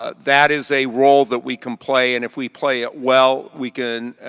ah that is a role that we can play. and if we play it well, we can,